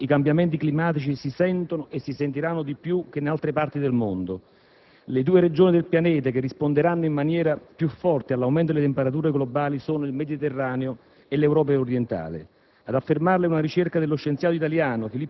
Nel nostro Paese, tra l'altro, i cambiamenti climatici si sentono e si sentiranno di più che in altre parti del mondo. Le due regioni del pianeta che risponderanno in maniera più forte all'aumento delle temperature globali sono il Mediterraneo e l'Europa orientale.